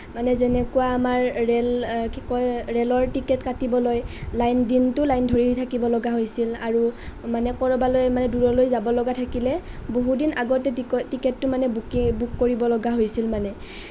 মানে যেনেকুৱা আমাৰ ৰেল কি কয় ৰেলৰ টিকট কাটিবলৈ লাইন দিনটো লাইন ধৰি থাকিবলগা হৈছিল আৰু মানে ক'ৰবালৈ মানে দূৰলৈ যাবলগা থাকিলে বহুতদিন আগতে টিক টিকটটো বুকে বুক কৰিবলগা হৈছিল মানে